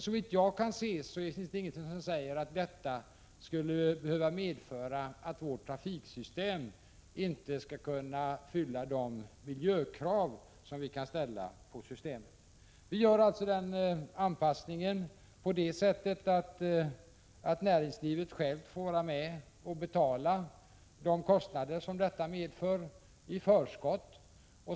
Såvitt jag kan se finns det ingenting som säger att detta skulle behöva medföra att vårt transportsystem inte skulle kunna fylla de miljökrav som vi kan ställa på systemet. Vi gör alltså denna anpassning så att näringslivet självt får vara med och i förskott betala de kostnader som detta innebär.